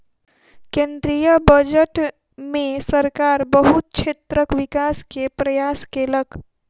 केंद्रीय बजट में सरकार बहुत क्षेत्रक विकास के प्रयास केलक